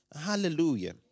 Hallelujah